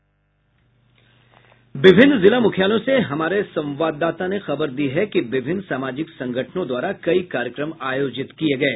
विभिन्न जिला मुख्यालयों से हमारे संवाददाता ने खबर दी है कि विभिन्न सामाजिक संगठनों द्वारा कई कार्यक्रम आयोजित किये गये